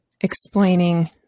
explaining